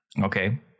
Okay